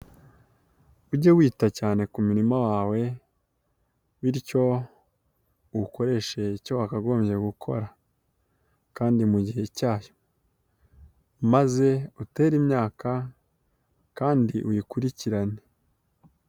Ujye wita cyane ku mima wawe bityo uwukoreshe icyo wakagombye gukora kandi mu gihe cyayo maze utere imyaka kandi uyikurikirane.